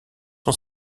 son